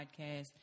podcast